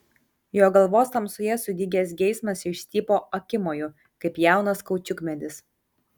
jo galvos tamsoje sudygęs geismas išstypo akimoju kaip jaunas kaučiukmedis